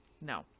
No